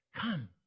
Come